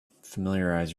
familiarize